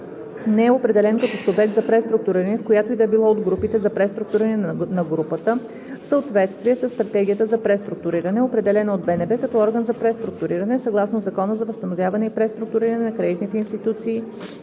не е определен като субект за преструктуриране в която и да било от групите за преструктуриране на групата в съответствие със стратегията за преструктуриране, определена от БНБ като орган за преструктуриране съгласно Закона за възстановяване и преструктуриране на кредитни институции